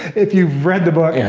if you've read the book,